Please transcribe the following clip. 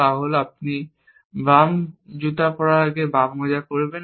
তা হল আপনি বাম জুতা পরার আগে বাম মোজা পরবেন